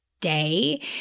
day